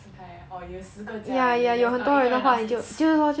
分开 ah or 有十个家人 then just orh 一个人拿十